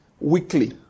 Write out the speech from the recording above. weekly